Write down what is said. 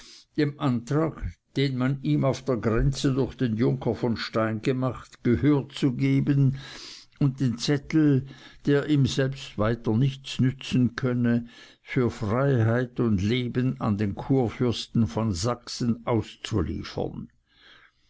dem antrag den man ihm auf der grenze durch den junker vom stein gemacht gehör zu geben und den zettel der ihm selbst weiter nichts nutzen könne für freiheit und leben an den kurfürsten von sachsen auszuliefern